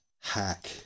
hack